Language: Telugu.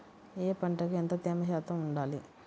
ఏ పంటకు ఎంత తేమ శాతం ఉండాలి?